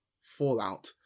Fallout